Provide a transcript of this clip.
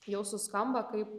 jau suskamba kaip